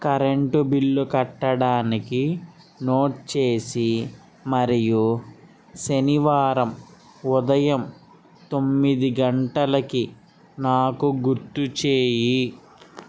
current bill కట్టడానికి note చేసి మరియు శనివారం ఉదయం తొమ్మిది గంటలకి నాకు గుర్తు చెయ్యి